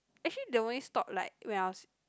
actually they only stop like when I was